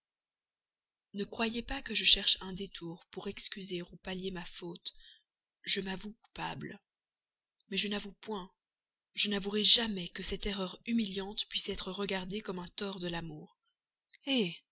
ne croyez pas que je cherche un détour pour excuser ou pallier ma faute je m'avoue coupable mais je n'avoue point je n'avouerai jamais que cette erreur humiliante puisse être regardée comme un tort de l'amour